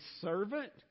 servant